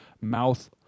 mouth